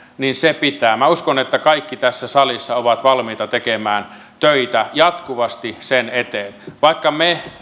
minä uskon että kaikki tässä salissa ovat valmiita tekemään töitä jatkuvasti sen eteen vaikka me